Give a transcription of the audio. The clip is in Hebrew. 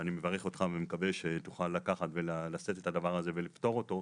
ואני מברך אותך ומקווה שתוכל לקחת ולשאת את הדבר הזה ולפתור אותו,